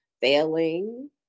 failing